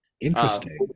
Interesting